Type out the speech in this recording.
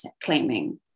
claiming